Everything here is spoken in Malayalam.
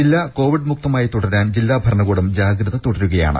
ജില്ല കോവിഡ് മുക്തമായി തുടരാൻ ജില്ലാ ഭരണകൂടം ജാഗ്രത തുടരുകയാണ്